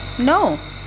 No